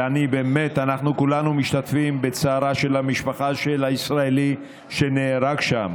ובאמת כולנו משתתפים בצערה של המשפחה של הישראלי שנהרג שם.